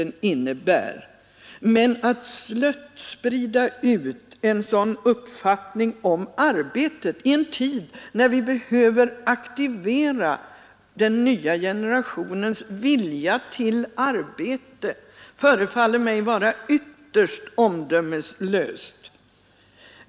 Komprimeringen kunde ske helt godtyckligt, varför det blir mycket svårt, för att inte säga omöjligt, att bedöma referaten objektivt.” behöver aktivera den nya generationens vilja till arbete, förefaller mig vara ytterst omdömeslöst.